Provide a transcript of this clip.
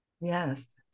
Yes